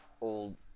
old